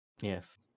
Yes